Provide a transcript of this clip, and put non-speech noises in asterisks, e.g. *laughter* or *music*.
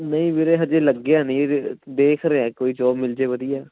ਨਹੀਂ ਵੀਰੇ ਹਜੇ ਲੱਗਿਆ ਨਹੀਂ *unintelligible* ਦੇਖ ਰਿਹਾ ਕੋਈ ਜੋਬ ਮਿਲ ਜੇ ਵਧੀਆ